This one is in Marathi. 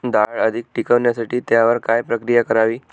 डाळ अधिक टिकवण्यासाठी त्यावर काय प्रक्रिया करावी?